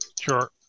Sure